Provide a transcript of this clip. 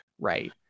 right